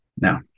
Now